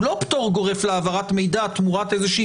הוא לא פטור גורף להעברת מידע תמורת איזושהי